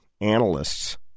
analysts